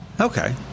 Okay